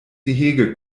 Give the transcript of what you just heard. gehege